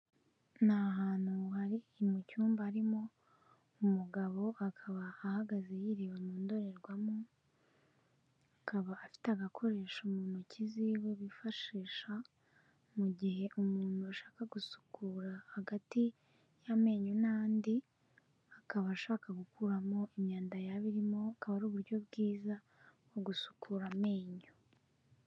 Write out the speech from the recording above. Ni hantu hari mu cyumba harimo umugabo akaba ahagaze yireba mu ndorerwamo, akaba afite agakoresho mu ntoki z'iwe bifashisha mu gihe umuntu ashaka gusukura hagati y'amenyo n'andi, akaba ashaka gukuramo imyanda yaba irimo, akaba ari uburyo bwiza bwo gusukura amenyo.